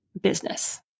business